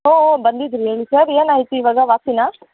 ಹ್ಞೂ ಹ್ಞೂ ಬಂದಿದ್ದರು ಹೇಳಿ ಸರ್ ಏನಾಯಿತು ಇವಾಗ ವಾಸಿನಾ